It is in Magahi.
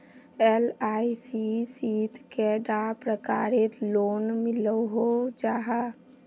एल.आई.सी शित कैडा प्रकारेर लोन मिलोहो जाहा?